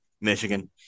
Michigan